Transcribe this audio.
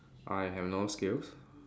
I have no skills